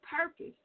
purpose